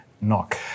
knock